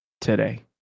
today